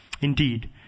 indeed